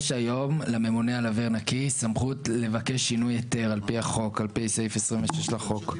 יש היום לממונה על אוויר נקי סמכות לבקש שינוי היתר על פי סעיף 26 לחוק.